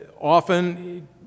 often